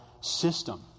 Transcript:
system